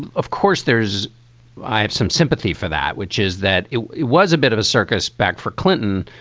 of course, there's i have some sympathy for that, which is that it it was a bit of a circus back for clinton,